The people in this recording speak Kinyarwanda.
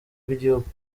rw’igihugu